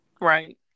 Right